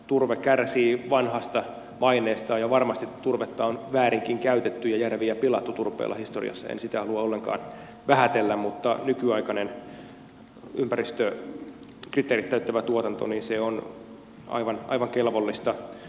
turve kärsii vanhasta maineestaan ja varmasti turvetta on väärinkin käytetty ja järviä pilattu turpeella historiassa en sitä halua ollenkaan vähätellä mutta nykyaikainen ympäristökriteerit täyttävä tuotanto on aivan kelvollista